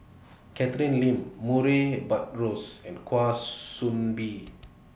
Catherine Lim Murray Buttrose and Kwa Soon Bee